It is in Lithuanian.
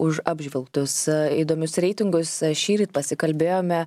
už apžvelgtus įdomius reitingus šįryt pasikalbėjome